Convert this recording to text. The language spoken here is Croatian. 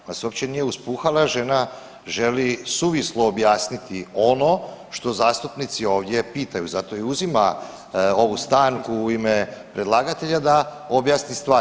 Ona se uopće nije uspuhala žena želi suvislo objasniti ono što zastupnici ovdje pitaju, zato i uzima ovu stanku u ime predlagatelja da objasni stvar.